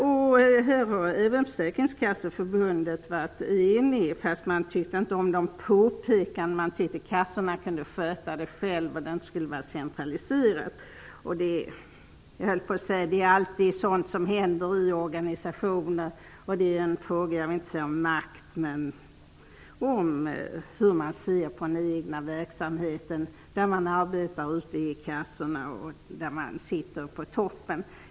Även Försäkringskasseförbundet var enigt i denna fråga, även om man inte tyckte om påpekandena. Man ansåg att det inte skulle vara centraliserat utan att kassorna kunde sköta detta själva. Det är sådant som förekommer i organisationer. Det är fråga om hur man ser på den egna verksamheten, hur man arbetar i kassorna jämfört med vad som sker i toppen.